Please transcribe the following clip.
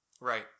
Right